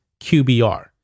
QBR